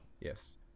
Yes